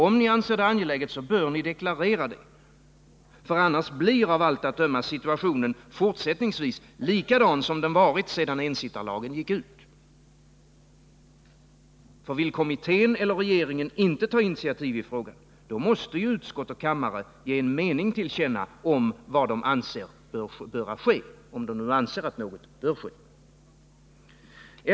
Om ni anser det angeläget, så bör ni deklarera det — för annars blir av allt att döma situationen fortsättningsvis likadan som den varit sedan ensittarlagen gick ut. Vill inte kommittén eller regeringen ta initiativ i denna fråga, måste utskott och kammare ge en mening till känna om vad de anser bör ske, om de nu anser att något bör ske.